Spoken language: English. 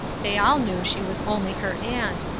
they all knew she was only her aunt,